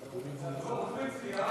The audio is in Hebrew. אני מסכים.